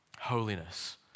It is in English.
holiness